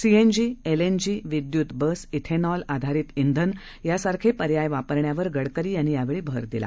CNG LNG विद्यूत bus ethanol आधारित इंधन यासारखे पर्याय वापरण्यावर गडकरी यांनी भर दिला